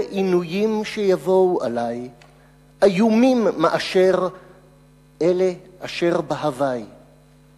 עינויים שיבואו עלי:/ איומים מאלה אשר בהווי.//